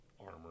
armor